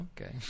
Okay